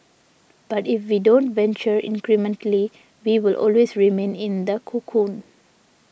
but if we don't venture incrementally we will always remain in the cocoon